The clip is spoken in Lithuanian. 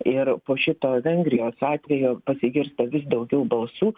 ir po šito vengrijos atvejo pasigirsta vis daugiau balsų